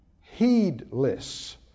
Heedless